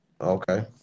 Okay